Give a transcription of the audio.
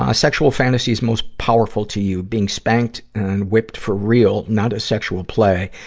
ah sexual fantasies most powerful to you being spanked and whipped for real not a sexual play.